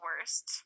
worst